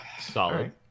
Solid